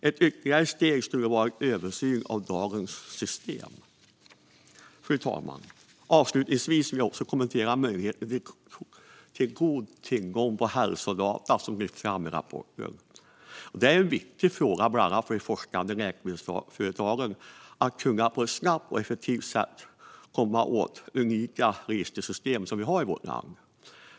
Ett ytterligare steg skulle vara en översyn av dagens system. Fru talman! Avslutningsvis vill jag kommentera möjligheten till god tillgång till hälsodata, vilket lyfts i rapporten. Det är en viktig fråga bland annat för de forskande läkemedelsföretagen att på ett snabbt och effektivt sätt kunna komma åt det unika registersystem vi har i vårt land.